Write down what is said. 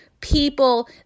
people